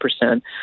percent